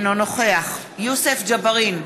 אינו נוכח יוסף ג'בארין,